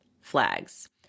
flags